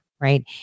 right